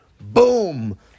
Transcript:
boom